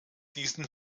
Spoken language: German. diesen